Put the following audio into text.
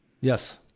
Yes